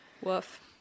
woof